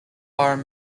are